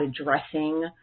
addressing